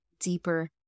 deeper